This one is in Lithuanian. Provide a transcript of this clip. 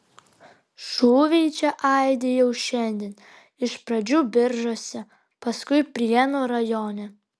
šūviai čia aidi jau šiandien iš pradžių biržuose paskui prienų rajone